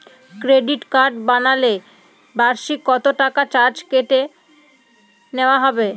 Credit card বানালে বার্ষিক কত টাকা চার্জ কেটে নেওয়া হবে?